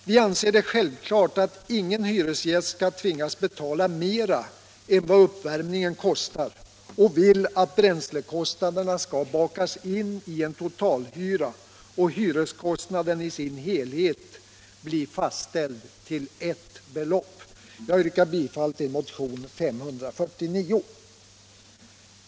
Vi anser det självklart att ingen hyresgäst skall tvingas betala mer än vad uppvärmningen kostar, och vi vill att bränslekostnaderna skall bakas in i en totalhyra och hyreskostnaden i sin helhet bli fastställd till ett belopp. Jag yrkar bifall till motionen 549.